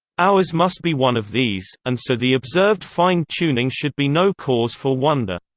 ours must be one of these, and so the observed fine tuning should be no cause for wonder.